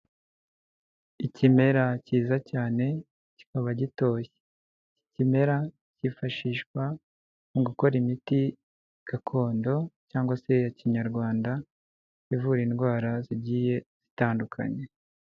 Ikimera kiza cyane kikaba gitoshye, iki kimera kifashishwa mu gukora imiti gakondo cyangwa se iya Kinyarwanda ivura indwara zigiye zitandukanye.